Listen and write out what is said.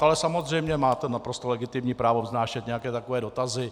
Ale samozřejmě máte naprosto legitimní právo vznášet nějaké takové dotazy.